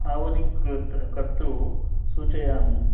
आवलि क् कर् कर्तुः सूचयामि